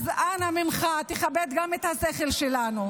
אז אנא ממך, תכבד גם את השכל שלנו.